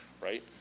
right